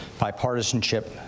bipartisanship